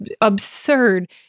absurd